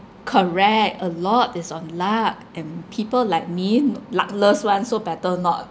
correct a lot is on luck and people like me no luckless one so better not